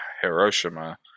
Hiroshima